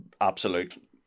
absolute